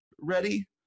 ready